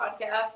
podcast